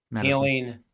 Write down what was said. healing